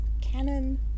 canon